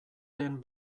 den